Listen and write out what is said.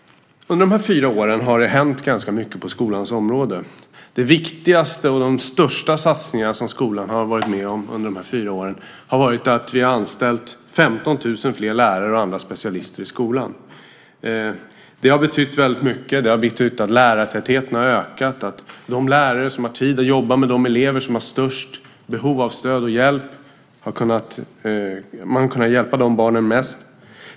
Under de här fyra åren har ganska mycket hänt på skolans område. Det viktigaste och den största satsningen som skolan varit med om under de här fyra åren är att vi har anställt 15 000 fler lärare och andra specialister i skolan. Det har betytt väldigt mycket. Det har betytt att lärartätheten ökat och att de lärare som har tid att jobba med de elever som har största behovet av stöd och hjälp har kunnat hjälpa just de barnen mest.